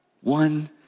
One